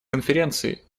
конференции